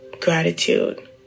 gratitude